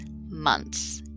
months